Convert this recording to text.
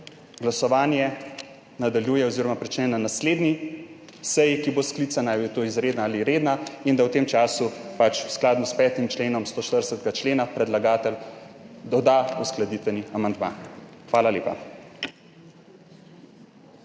glasovanje nadaljuje oziroma začne na naslednji seji, ki bo sklicana, ali je to izredna ali redna, in da v tem času pač skladno s petim odstavkom 140. člena predlagatelj doda uskladitveni amandma. Hvala lepa.